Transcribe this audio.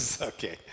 Okay